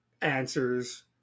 answers